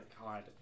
God